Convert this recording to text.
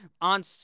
on